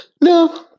No